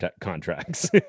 contracts